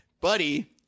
buddy